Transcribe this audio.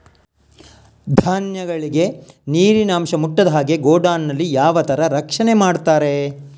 ಧಾನ್ಯಗಳಿಗೆ ನೀರಿನ ಅಂಶ ಮುಟ್ಟದ ಹಾಗೆ ಗೋಡೌನ್ ನಲ್ಲಿ ಯಾವ ತರ ರಕ್ಷಣೆ ಮಾಡ್ತಾರೆ?